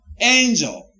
angel